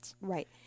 Right